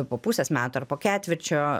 po pusės metų ar po ketvirčio